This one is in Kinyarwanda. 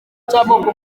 cy’amoko